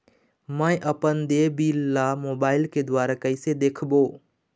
मैं अपन देय बिल ला मोबाइल के द्वारा कइसे देखबों?